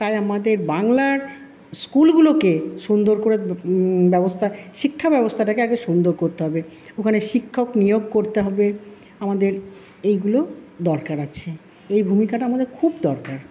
তাই আমাদের বাংলার স্কুলগুলোকে সুন্দর করে ব্যবস্থা শিক্ষা ব্যবস্থাটাকে আগে সুন্দর করতে হবে ওখানে শিক্ষক নিয়োগ করতে হবে আমাদের এইগুলো দরকার আছে এই ভূমিকাটা আমাদের খুব দরকার